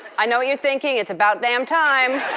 i know what you're thinking it's about damn time.